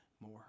more